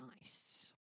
nice